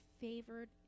favored